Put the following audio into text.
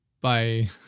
Bye